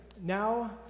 now